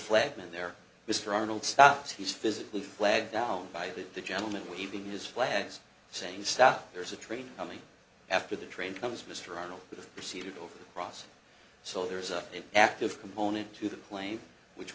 flag in there mr arnold stops he's physically flagged down by the gentleman waving his flag is saying stuff there's a train coming after the train comes mr arnold with proceeded over the process so there's a active component to the plane which